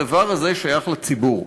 הדבר הזה שייך לציבור,